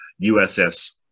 USS